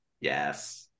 Yes